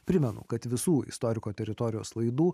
primenu kad visų istoriko teritorijos laidų